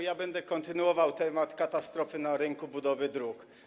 Ja będę kontynuował temat katastrofy na rynku budowy dróg.